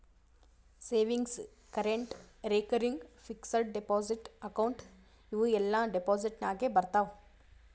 savings, current, recurring, fixed deposit account ಇವೂ ಎಲ್ಲಾ deposit ನಾಗೆ ಬರ್ತಾವ್